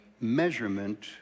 measurement